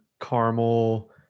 caramel